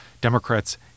Democrats